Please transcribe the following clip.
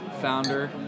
Founder